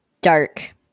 dark